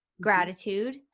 gratitude